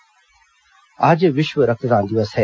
रक्तदान दिवस आज विश्व रक्तदान दिवस है